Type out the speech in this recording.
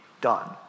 done